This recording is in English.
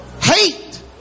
hate